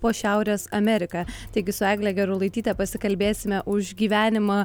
po šiaurės ameriką taigi su egle gerulaityte pasikalbėsime už gyvenimą